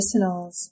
medicinals